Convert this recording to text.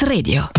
Radio